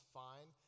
fine